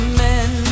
men